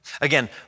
Again